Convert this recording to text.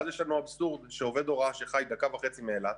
ואז יש לנו אבסורד שעובד הוראה שחי דקה וחצי מאילת,